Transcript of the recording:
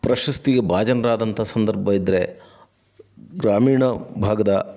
ಪ್ರಶಸ್ತಿಗೆ ಭಾಜನರಾದಂಥ ಸಂದರ್ಭ ಇದ್ದರೆ ಗ್ರಾಮೀಣ ಭಾಗದ